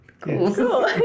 Cool